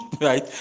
right